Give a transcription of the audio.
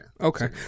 Okay